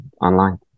online